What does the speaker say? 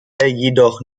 jedoch